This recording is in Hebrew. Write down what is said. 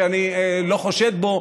שאני לא חושד בו,